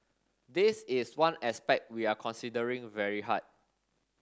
this is one aspect we are considering very hard